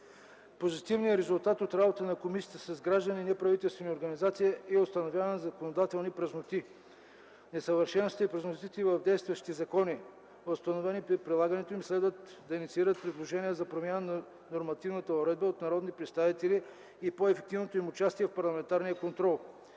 Позитивният резултат от работата на комисията с граждани и неправителствени организации е установяване на законодателни празноти. Несъвършенствата и празнотите в действащите закони, установени при прилагането им, следва да инициират предложения за промяна на нормативната уредба от народните представители и по-ефективното им участие в парламентарния контрол.